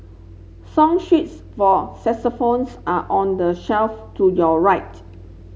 song sheets for saxophones are on the shelf to your right